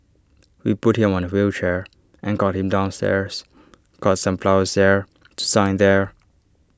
we put him on A wheelchair and got him downstairs got some flowers there to sign there